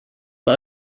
war